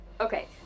Okay